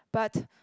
but